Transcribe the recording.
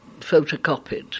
photocopied